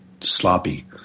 sloppy